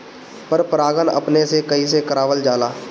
पर परागण अपने से कइसे करावल जाला?